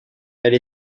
elle